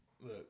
look